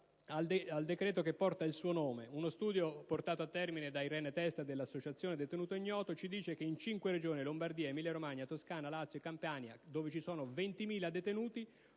al decreto che porta il suo nome, uno studio portato a termine da Irene Testa, segretaria dell'associazione «Il detenuto ignoto» rivela che in cinque Regioni (Lombardia, Emilia-Romagna, Toscana, Lazio e Campania), dove ci sono 20.000 detenuti,